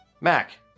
Mac